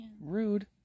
Rude